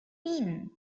mean